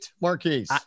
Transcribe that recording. Marquise